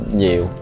nhiều